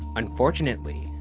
unfortunately,